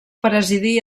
presidí